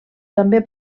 també